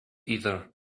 either